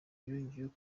yongeyeho